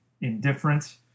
indifferent